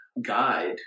guide